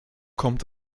kommt